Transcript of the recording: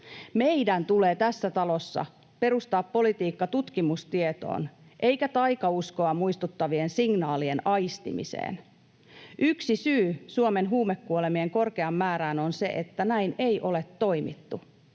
Meidän tulee tässä talossa perustaa politiikka tutkimustietoon eikä taikauskoa muistuttavien signaalien aistimiseen. Yksi syy Suomen huumekuolemien korkeaan määrään on se, että näin ei ole toimittu.